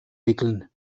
wickeln